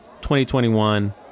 2021